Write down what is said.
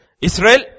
Israel